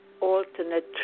alternate